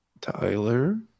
Tyler